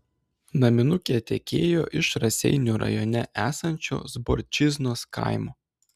naminukė tekėjo iš raseinių rajone esančio zborčiznos kaimo